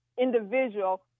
individual